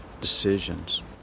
decisions